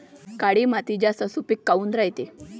काळी माती जास्त सुपीक काऊन रायते?